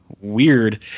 Weird